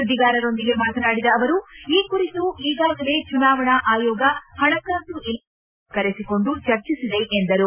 ಸುದ್ವಿಗಾರೊಂದಿಗೆ ಮಾತನಾಡಿದ ಅವರು ಈ ಕುರಿತು ಈಗಾಗಲೇ ಚುನಾವಣಾ ಆಯೋಗ ಪಣಕಾಸು ಇಲಾಖೆಯ ಅಧಿಕಾರಿಗಳನ್ನು ಕರೆಸಿಕೊಂಡು ಚರ್ಚಿಸಿದೆ ಎಂದರು